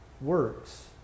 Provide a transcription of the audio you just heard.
works